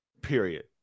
Period